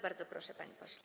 Bardzo proszę, panie pośle.